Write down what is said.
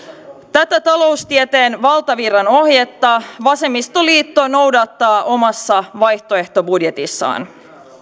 tätä taloustieteen valtavirran ohjetta vasemmistoliitto noudattaa omassa vaihtoehtobudjetissaan